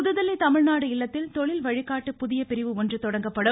புதுதில்லி தமிழ்நாடு இல்லத்தில் தொழில்வழிகாட்டு புதிய பிரிவு ஒன்று தொடங்கப்படும்